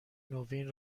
نوین